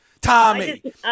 Tommy